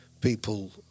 people